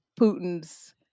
Putin's